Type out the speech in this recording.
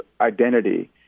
identity